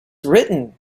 written